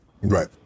Right